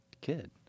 kid